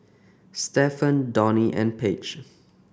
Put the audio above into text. Stephon Donie and Paige